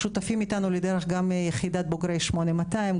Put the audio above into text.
שותפים איתנו לדרך גם יחידת בוגרי 8200,